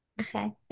Okay